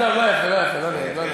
עזוב, לא יפה, לא יפה, לא יפה.